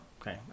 Okay